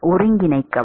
ஒருங்கிணைக்கவும்